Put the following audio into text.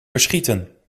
verschieten